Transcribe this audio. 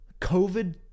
COVID